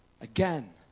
again